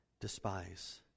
despise